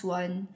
one